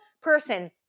person